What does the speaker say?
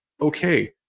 okay